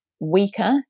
weaker